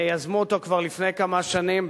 יזמו אותו כבר לפני כמה שנים,